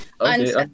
Okay